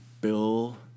bill